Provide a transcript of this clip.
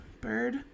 Bird